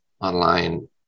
online